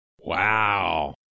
wow